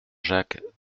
jacques